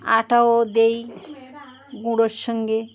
আটাও দিই গুঁড়োর সঙ্গে